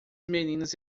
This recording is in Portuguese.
meninas